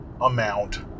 amount